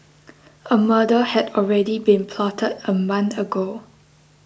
a murder had already been plotted a month ago